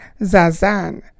Zazan